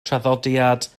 traddodiad